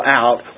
out